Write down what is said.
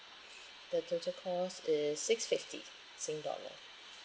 the total cost is six fifty sing dollars